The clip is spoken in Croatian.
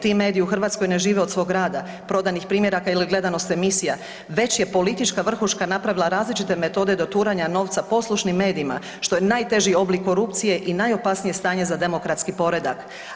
Ti mediji u Hrvatskoj ne žive od svog rada, prodanih primjeraka ili gledanosti emisija već je politička vrhuška napravila različite metode doturanja novca poslušnim medijima, što je najteži oblik korupcije i najopasnije stanje za demokratski poredak.